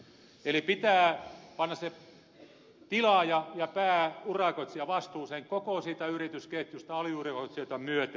eli pitää panna se tilaaja ja pääurakoitsija vastuuseen koko siitä yritysketjusta aliurakoitsijoita myöten